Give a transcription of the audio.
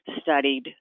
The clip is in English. studied